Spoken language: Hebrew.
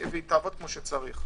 והיא תעבוד כמו שצריך.